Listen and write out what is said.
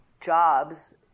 jobs